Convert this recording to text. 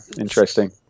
interesting